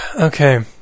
Okay